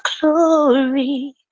glory